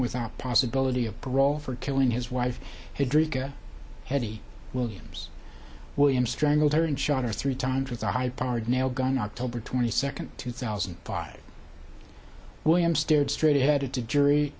without possibility of parole for killing his wife who drink a heavy williams william strangled her and shot her three times with a high powered nail gun october twenty second two thousand and five william stared straight ahead to jury